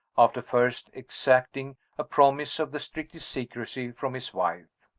after first exacting a promise of the strictest secrecy from his wife.